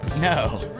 No